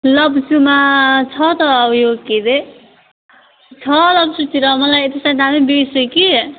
लप्चूमा छ त ऊ यो के अरे छ लप्चूतिर मलाई बिर्से कि